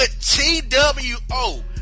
t-w-o